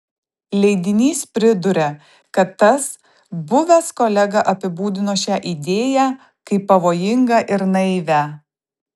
leidinys priduria kad tas buvęs kolega apibūdino šią idėją kaip pavojingą ir naivią